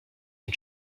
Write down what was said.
une